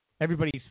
Everybody's